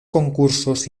concursos